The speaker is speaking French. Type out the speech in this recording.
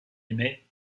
aimer